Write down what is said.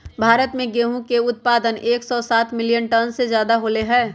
भारत में गेहूं के उत्पादन एकसौ सात मिलियन टन से ज्यादा होलय है